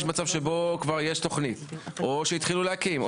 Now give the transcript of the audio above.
יש מצב שבו כבר יש תוכנית או שהתחילו להקים.